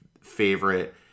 favorite